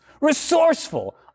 resourceful